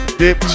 dip